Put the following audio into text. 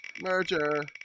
Merger